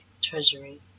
treasury